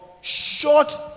short